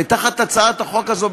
ותחת הצעת החוק הזאת,